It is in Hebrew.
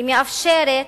היא מאפשרת,